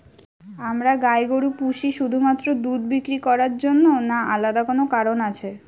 আমরা গাই গরু পুষি শুধুমাত্র দুধ বিক্রি করার জন্য না আলাদা কোনো কারণ আছে?